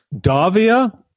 Davia